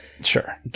sure